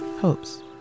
hopes